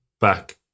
back